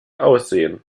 aussehen